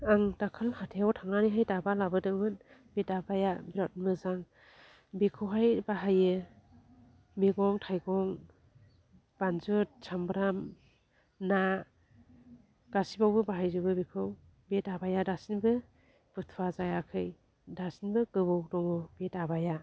आं दाखालि हाथायाव थांनानैहाय दाबा लाबोदोंमोन बे दाबाया बेराद मोजां बेखौहाय बाहायो मैगं थाइगं बानजुद साब्राम ना गासिबावबो बाहायजोबो बेखौ बे दाबाया दासिमबो बुथुवा जायाखै दासिमबो गोबौ दङ बे दाबाया